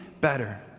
better